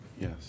Yes